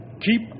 Keep